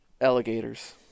alligators